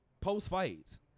post-fights